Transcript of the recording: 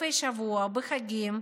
בסופי שבוע ובחגים,